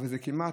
אבל זה כמעט,